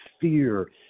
fear